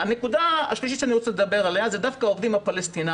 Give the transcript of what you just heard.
הנקודה השלישית שאני רוצה לדבר עליה היא דווקא על העובדים הפלסטינאים,